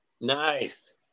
Nice